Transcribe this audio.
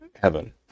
heaven